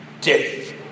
death